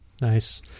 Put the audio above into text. Nice